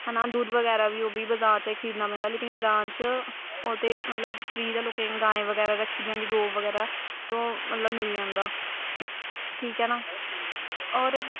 है ना दुद्ध बगैरा बी ओह् बी बजार चा खरीदना पैंदा लेकिन ग्रां च ओह् ते मतलब फ्री दा लोकें गाएं बगैरा रक्खी दी होंदिया गौ बगैरा तो मतलब मिली जंदा ठीक ऐ ना होर